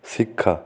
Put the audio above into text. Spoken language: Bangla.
শিক্ষা